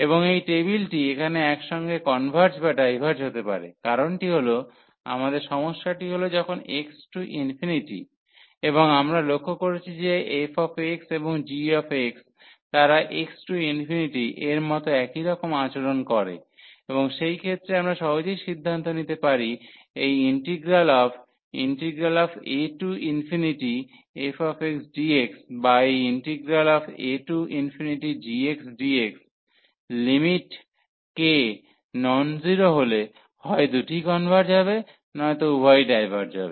এবং এই টেবিলটি এখানে একিসঙ্গে কনভার্জ বা ডাইভার্জ হতে পারে কারনটি হল আমাদের সমস্যাটি হল যখন x →∞ এবং আমরা লক্ষ্য করেছি যে এই f এবং g তারা x টু এর মত একইরকম আচরণ করে এবং সেই ক্ষেত্রে আমরা সহজেই সিদ্ধান্ত নিতে পারি এই ইন্টিগ্রাল afxdx বা এই integral agxdx limit k non zero হলে হয় দুটিই কনভার্জ হবে নয়তো উভয়ই ডাইভার্জ হবে